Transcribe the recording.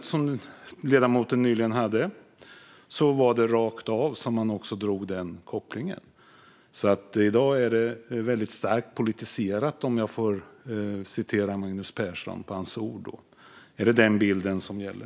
I ledamotens anförande nyss gjordes denna koppling rakt av. I dag är det alltså väldigt starkt politiserat, för att citera Magnus Persson. Är det den bilden som gäller?